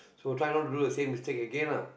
so try not to do the same mistake again lah